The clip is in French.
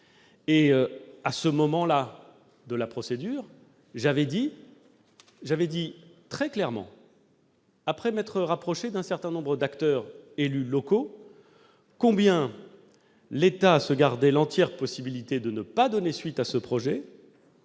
dit. À ce moment-là de la procédure, j'ai dit très clairement, très précisément, après m'être rapproché d'un certain nombre d'acteurs élus locaux, que l'État se réservait l'entière possibilité de ne pas donner suite à ce projet